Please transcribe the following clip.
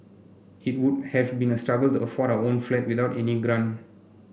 it would have been a struggle to afford our own flat without any grant